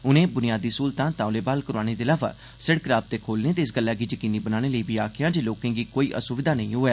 उनें बुनियादी स्हूलतां तौले ब्हाल करने दे अलावा सिड़क राबते खोलने ते इस गल्ला गी यकीनी बनाने लेई आखेआ जे लोकें गी कोई असुविधा नेई होऐ